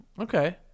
okay